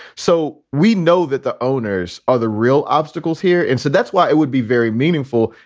so we know that the owners are the real obstacles here. and so that's why it would be very meaningful,